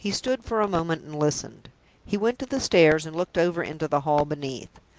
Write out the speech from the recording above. he stood for a moment and listened he went to the stairs and looked over into the hall beneath.